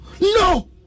No